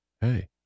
Hey